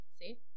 see